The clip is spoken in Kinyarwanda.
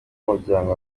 w’umuryango